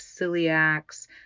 celiacs